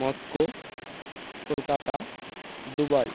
Moscow Kolkata Dubai